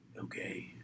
Okay